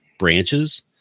branches